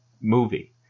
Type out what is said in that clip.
movie